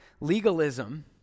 legalism